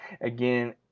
Again